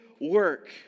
work